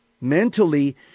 mentally